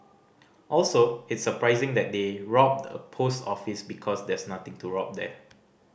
also it's surprising that they robbed a post office because there's nothing to rob there